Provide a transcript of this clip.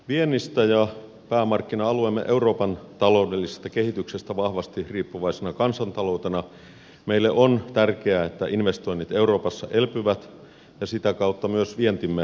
viennistä ja päämarkkina alueemme euroopan taloudellisesta kehityksestä vahvasti riippuvaisena kansantaloutena meille on tärkeää että investoinnit euroopassa elpyvät ja sitä kautta myös vientimme lähtee vetämään